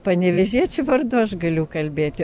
panevėžiečių vardu aš galiu kalbėti